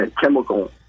chemical